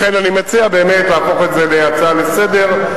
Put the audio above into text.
לכן אני מציע באמת להפוך את זה להצעה לסדר-היום,